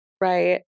Right